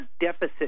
deficit